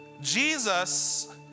Jesus